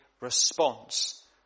response